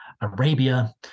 Arabia